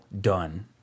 done